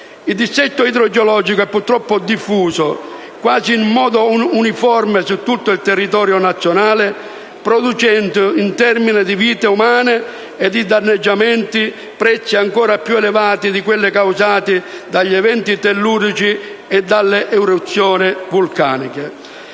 Il dissesto idrogeologico è purtroppo diffuso quasi in modo uniforme su tutto il territorio nazionale, producendo in termini di vite umane e di danneggiamenti prezzi ancora più elevati di quelli causati dagli eventi tellurici e dalle eruzioni vulcaniche.